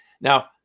now